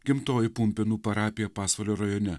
gimtoji pumpėnų parapija pasvalio rajone